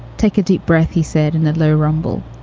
take a deep breath. he said in that low rumble.